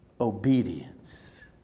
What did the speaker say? obedience